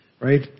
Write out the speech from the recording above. Right